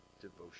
devotion